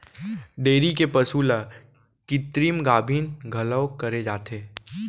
dairy के पसु ल कृत्रिम गाभिन घलौ करे जाथे